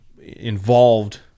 involved